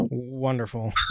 Wonderful